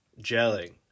gelling